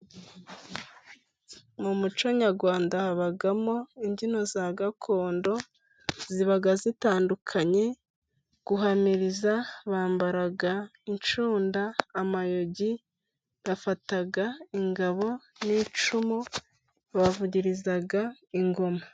Mu muco nyarwanda habamo imbyino za gakondo ziba zitandukanye guhamiriza bambaraga incunda amayogi bafata ingabo n'icumu bavugiriza ingoma.